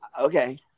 Okay